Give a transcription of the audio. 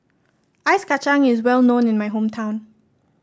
Ice Kacang is well known in my hometown